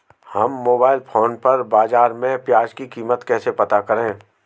हम mobile phone पर बाज़ार में प्याज़ की कीमत कैसे पता करें?